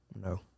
No